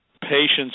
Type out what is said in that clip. patients